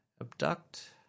Abduct